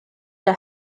der